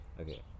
Okay